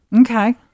okay